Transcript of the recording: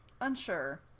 Unsure